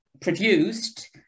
produced